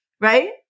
Right